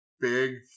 big